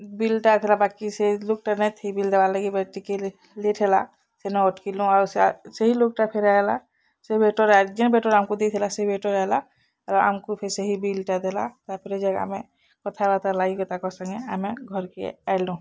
ବିଲ୍ଟା ଥିଲା ବାକି ସେ ଲୁକ୍ଟା ନାଇଁଥି ବିଲ୍ ଦେବାର୍ ଲାଗି ବୋଲି ଟିକେ ଲେଟ୍ ହେଲା ସେନୁଁ ଅଟ୍ କିଲୁ ଆଉ ସେଇ ଲୁକ୍ ଟା ଫିର୍ ଆଇଲା ସେ ୱେଟର୍ ଆର୍ ଯେନ୍ ୱେଟର୍ ଆମକୁ ଦେଇଥିଲା ସେ ୱେଟର୍ ଆଇଲା ଆର୍ ଆମକୁ ଫିର୍ ସେହି ବିଲ୍ଟା ଦେଲା ତା'ପରେ ଯାଇଁ ଆମେ କଥାବାର୍ତ୍ତା ଲାଗିକରି ତାକର୍ ସାଙ୍ଗେ ଆମେ ଘର୍କେ ଆଇଲୁଁ